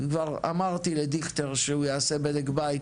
כבר אמרתי לדיכטר שהוא יעשה בדק בית,